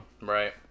right